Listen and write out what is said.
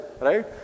right